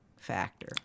factor